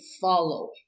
follow